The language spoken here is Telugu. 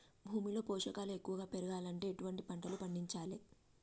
భూమిలో పోషకాలు ఎక్కువగా పెరగాలంటే ఎటువంటి పంటలు పండించాలే?